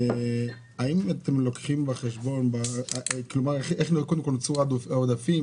קודם כול, איך נוצרו העודפים?